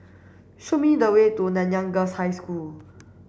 show me the way to Nanyang Girls' High School